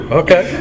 okay